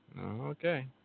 Okay